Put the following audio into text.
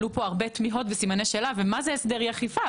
עלו פה הרבה תמיהות וסימני שאלה מה זה הסדר אי אכיפה.